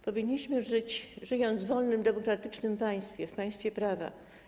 Powinniśmy żyć, żyjąc w wolnym, demokratycznym państwie, w państwie prawa.